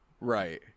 Right